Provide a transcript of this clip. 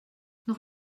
noch